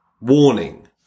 Warning